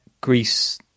Greece